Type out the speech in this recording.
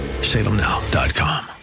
Salemnow.com